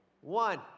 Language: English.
One